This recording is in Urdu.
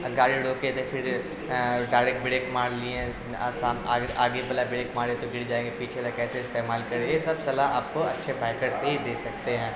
گاڑی روکیں تو پھر ڈائریکٹ بریک مار لیے آسام آگے والا بریک مارے تو گر جائیں گے پیچھے والا کیسے استعمال کریں یہ سب صلاح آپ کو اچھے بائیکر سے ہی دے سکتے ہیں